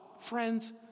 Friends